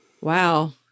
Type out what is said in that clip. Wow